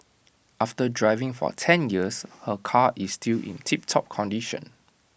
after driving for ten years her car is still in tiptop condition